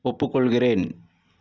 ஒப்புக்கொள்கிறேன்